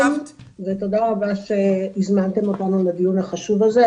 תודה רבה שהזמנתם אותנו לדיון החשוב הזה.